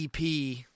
EP